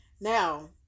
Now